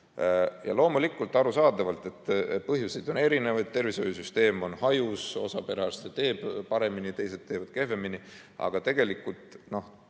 Loomulikult, arusaadavalt on põhjuseid erinevaid, tervishoiusüsteem on hajus, osa perearste teeb paremini, teised teevad kehvemini. Aga tegelikult, kui